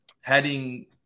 heading